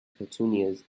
petunias